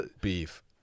beef